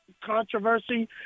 controversy